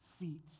feet